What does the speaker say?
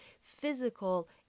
physical